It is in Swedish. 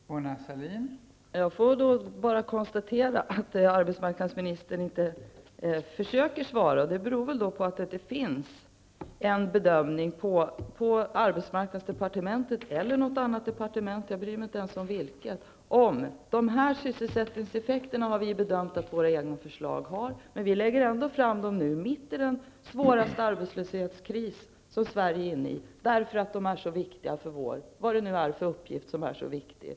Fru talman! Jag kan bara konstatera att arbetsmarknadsministern inte försöker svara. Det beror väl på att det inte finns en bedömning på arbetsmarknadsdepartementet eller på något annat departement, jag bryr mig inte ens om vilket, av vilka sysselsättningseffekter de egna förslagen får, men man tänker ändå lägga fram dem nu mitt i den svåra arbetslöshetskris som Sverige är inne i, eftersom de är så viktiga -- vad det nu är för uppgifter som är så viktiga.